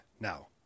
now